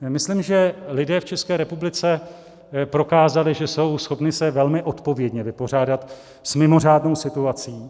Myslím, že lidé v České republice prokázali, že jsou schopni se velmi odpovědně vypořádat s mimořádnou situací.